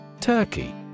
Turkey